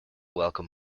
welcome